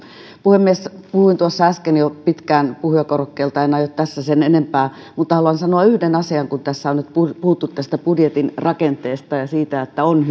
puhemies puhuin jo tuossa äsken pitkään puhujakorokkeelta en aio tässä sen enempää puhua mutta haluan sanoa yhden asian kun tässä on nyt puhuttu budjetin rakenteesta ja siitä että on